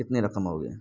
کتنی رقم ہوگی